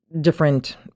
different